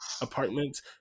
apartments